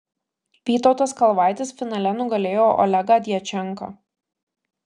vytautas kalvaitis finale nugalėjo olegą djačenką